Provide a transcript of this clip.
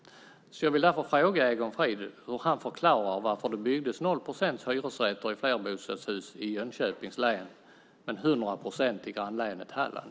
Jag vill därför fråga Egon Frid hur han förklarar att det byggdes 0 procent hyresrätter i flerbostadshus i Jönköpings län men 100 procent i grannlänet Halland.